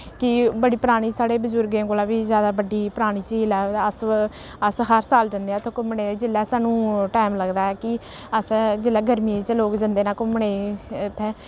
कि बड़ी परानी साढ़े बज़ुर्गें कोला बी जैदा बड्डी परानी झील ऐ अस अस हर साल जन्ने आं उत्थै घूमने ते जेल्लै सानूं टाइम लगदा ऐ कि अस जिल्लै गर्मियें च लोक जंदे न घूमने इत्थै